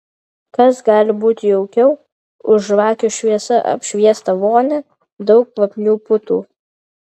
kas gali būti jaukiau už žvakių šviesa apšviestą vonią daug kvapnių putų